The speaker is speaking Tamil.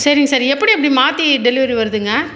சரிங் சார் எப்படி அப்படி மாற்றி டெலிவரி வருதுங்க